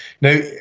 Now